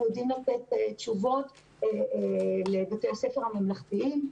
אנחנו יודעים לתת תשובות לבתי הספר הממלכתיים,